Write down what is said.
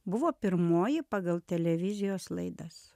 buvo pirmoji pagal televizijos laidas